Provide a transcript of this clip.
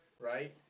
right